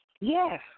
Yes